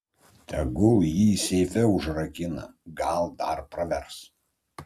tegul jį seife užrakina gal dar pravers